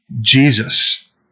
Jesus